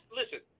listen